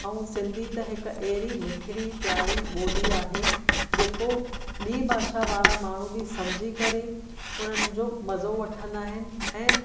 ऐं सिंधी त हिकु अहिड़ी मिठिड़ी प्यारी ॿोली आहे जेको ॿीं भाषा वारा माण्हू बि समुझी करे उन्हनि जो मज़ो वठंदा आहिनि